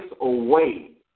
away